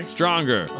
Stronger